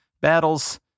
Battles